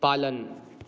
पालन